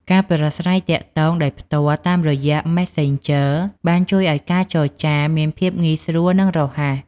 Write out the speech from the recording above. ការប្រាស្រ័យទាក់ទងដោយផ្ទាល់តាមរយៈ Messenger បានជួយឱ្យការចរចាមានភាពងាយស្រួលនិងរហ័ស។